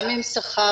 גם עם שכר,